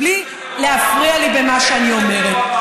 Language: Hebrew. בלי להפריע לי במה שאני אומרת.